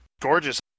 gorgeous